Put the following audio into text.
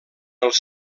els